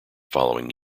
following